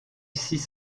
six